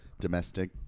domestic